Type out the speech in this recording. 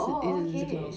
okay